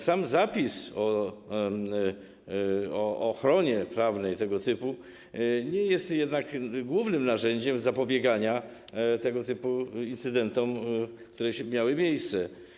Sam zapis o ochronie prawnej tego typu nie jest jednak głównym narzędziem zapobiegania tego typu incydentom jak te, które miały miejsce.